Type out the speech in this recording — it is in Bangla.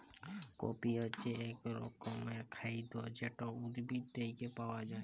কফি হছে ইক রকমের খাইদ্য যেট উদ্ভিদ থ্যাইকে পাউয়া যায়